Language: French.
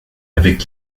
avec